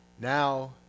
Now